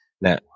Now